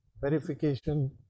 verification